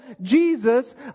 Jesus